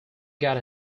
got